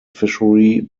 fishery